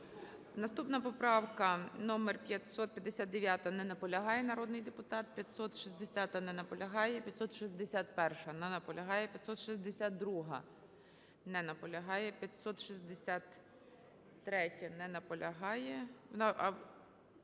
Наступна поправка номер 559. Не наполягає народний депутат. 560-а. Не наполягає. 561-а. Не наполягає. 562-а. Не наполягає. 563-я. Не наполягає.